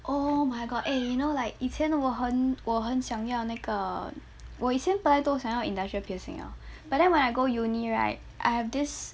oh my god eh you know like 以前我很我很想要那个我以前本来都想要 industrial piercing liao but then when I go uni right I have this